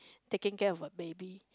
taking care of a baby